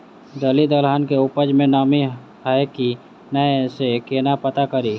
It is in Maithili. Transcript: दालि दलहन केँ उपज मे नमी हय की नै सँ केना पत्ता कड़ी?